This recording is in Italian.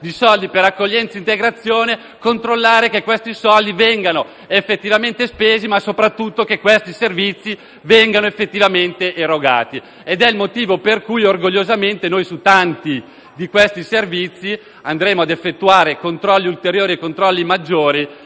di soldi per l'accoglienza e l'integrazione, controllare che questi soldi vengano effettivamente spesi, ma soprattutto che questi servizi vengono effettivamente erogati. Questo è il motivo per cui orgogliosamente noi, su tanti di questi servizi, andremo a effettuare controlli ulteriori e maggiori